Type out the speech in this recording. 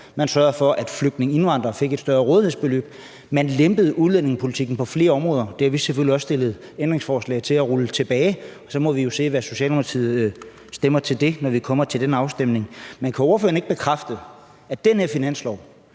man sørgede for, at flygtninge og indvandrere fik et større rådighedsbeløb – man lempede udlændingepolitikken på flere områder. Det har vi selvfølgelig også stillet ændringsforslag om at rulle tilbage, og så må vi jo se, hvad Socialdemokratiet stemmer til det, når vi kommer til den afstemning. Men kan ordføreren ikke bekræfte, at hvis den her finanslov